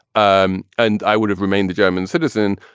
um and i would have remained a german citizen.